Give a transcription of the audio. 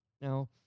Now